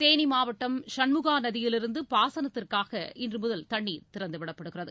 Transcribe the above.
தேனி மாவட்டம் சண்முகா நதியிலிருந்து பாசனத்திற்காக இன்று முதல் தண்ணீர் திறந்துவிடப்படுகிறது